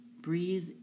Breathe